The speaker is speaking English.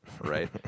right